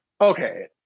okay